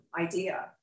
idea